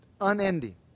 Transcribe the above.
unending